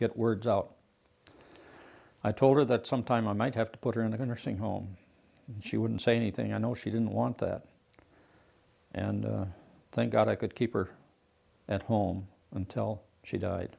get words out i told her that some time i might have to put her in the nursing home she wouldn't say anything i know she didn't want that and thank god i could keep her at home until she died